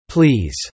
Please